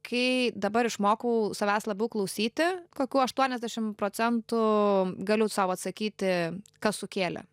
kai dabar išmokau savęs labiau klausyti kokių aštuoniasdešimt procentų galiu sau atsakyti kas sukėlė